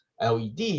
LED